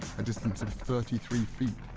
a distance of thirty three feet.